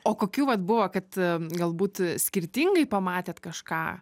o kokių vat buvo kad galbūt skirtingai pamatėt kažką